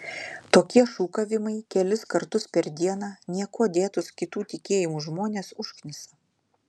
tokie šūkavimai kelis kartus per dieną niekuo dėtus kitų tikėjimų žmones užknisa